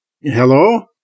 Hello